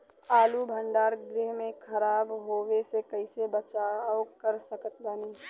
आलू भंडार गृह में खराब होवे से कइसे बचाव कर सकत बानी?